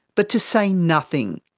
but to say nothing.